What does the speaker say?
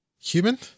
human